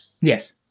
Yes